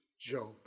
Job